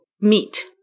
meet